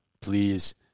please